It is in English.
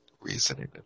reasoning